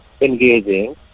engaging